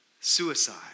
suicide